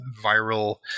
viral